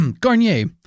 garnier